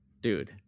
dude